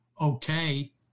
okay